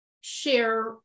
share